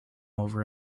over